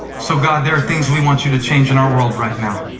so god, there are things we want you to change in our world right now.